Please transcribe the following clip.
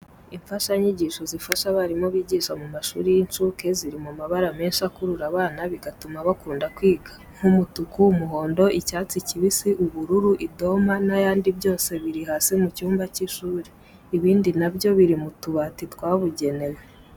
Imfashanyigisho zifasha abarimu bigisha mu mashuri y'incuke, ziri mu mabara menshi akurura abana bigatuma bakunda kwiga nk'umutuku, umuhondo, icyatsi kibisi, ubururu, idoma n'ayandi byose biri hasi mu cyumba cy'ishuri. Ibindi na byo biri mu tubati twabugenewe.